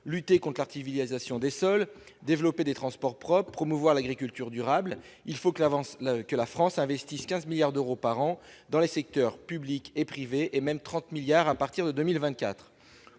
lutter con quartier filialisation des sols, développer des transports propres, promouvoir l'agriculture durable, il faut que l'avance que la France investissent 15 milliards d'euros par an dans les secteurs public et privé et même 30 milliards à partir de 2024,